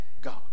God